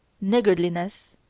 niggardliness